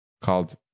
called